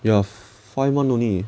ya five month only